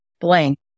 blank